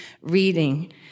reading